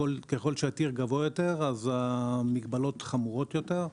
ככל שהטיר גבוה יותר המגבלות חמורות יותר,